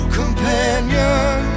companion